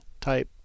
type